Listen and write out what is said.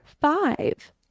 five